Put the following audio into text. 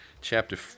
chapter